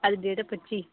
अगली डेट ऐ पं'जी